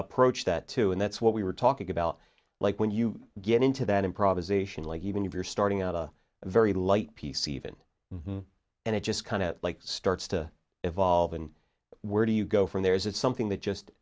approach that too and that's what we were talking about like when you get into that improvisation like even if you're starting out a very light piece even and it just kind of like starts to evolve and where do you go from there is it something that just